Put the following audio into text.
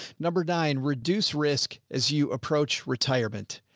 number nine, reduce risk as you approach retirement.